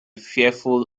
fearful